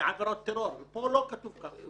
בעבירת טרור ופה לא כתוב כך.